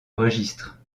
registre